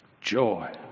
Joy